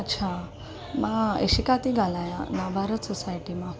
अच्छा मां इशिका थी ॻाल्हायां नवभारत सोसाइटी मां